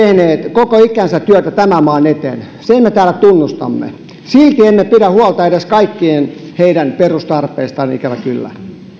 koko ikänsä työtä tämän maan eteen sen me täällä tunnustamme silti emme pidä huolta edes kaikkien heidän perustarpeistaan ikävä kyllä